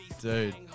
Dude